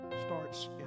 starts